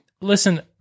Listen